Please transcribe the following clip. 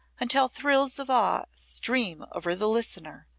until thrills of awe stream over the listener,